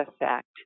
effect